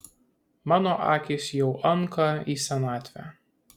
mano akys jau anka į senatvę